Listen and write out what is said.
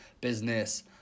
business